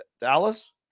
Dallas